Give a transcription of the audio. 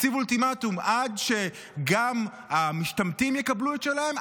הוא הציב אולטימטום: עד שגם המשתמטים יקבלו את שלהם,